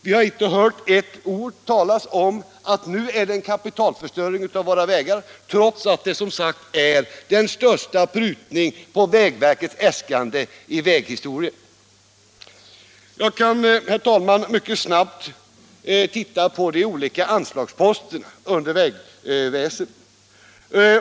Vi har inte heller hört ett enda ord om kapitalförstöring på våra vägar trots den kanske största prutningen på vägväsendets äskande i hela vägväsendets historia. Jag skall herr talman, mycket snabbt gå igenom de olika anslagsposterna under rubriken Vägväsendet.